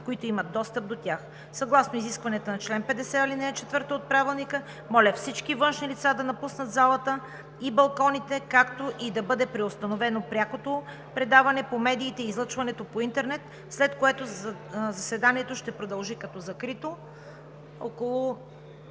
които имат достъп до тях. Съгласно изискванията на чл. 50, ал. 4 от Правилника, моля всички външни лица да напуснат залата и балконите, както и да бъде преустановено прякото предаване по медиите и излъчването по интернет, след което заседанието ще продължи като закрито.